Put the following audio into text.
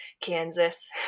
Kansas